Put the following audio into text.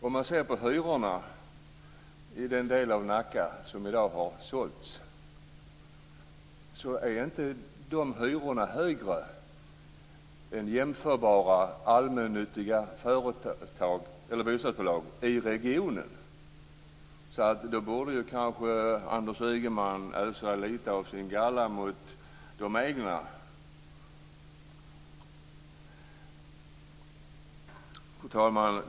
Om man ser på hyrorna i den del av bostäderna som i dag har sålts ser man att de inte är högre än hos jämförbara allmännyttiga bostadsbolag i regionen. Då borde Anders Ygeman kanske ösa lite av sin galla mot de egna. Fru talman!